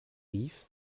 rief